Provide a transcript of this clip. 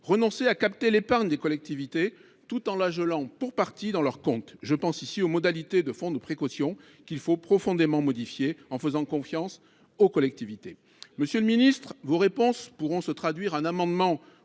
renoncer à capter l’épargne des collectivités tout en la gelant pour partie dans leurs comptes ; je pense en l’occurrence aux modalités du fonds de précaution, qu’il faut profondément modifier en faisant confiance aux collectivités. Monsieur le ministre chargé du budget, vos réponses pourront se traduire en amendements